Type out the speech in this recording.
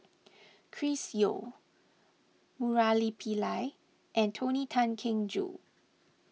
Chris Yeo Murali Pillai and Tony Tan Keng Joo